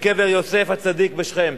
בקבר יוסף הצדיק בשכם,